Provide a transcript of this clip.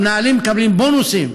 המנהלים מקבלים בונוסים,